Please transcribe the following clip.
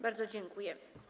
Bardzo dziękuję.